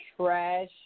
trash